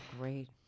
Great